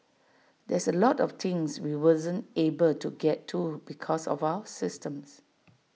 there's A lot of things we wasn't able to get to because of our system